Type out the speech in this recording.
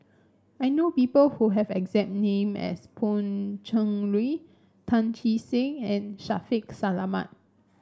I know people who have exact name as Pan Cheng Lui Tan Che Sang and Shaffiq Selamat